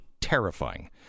terrifying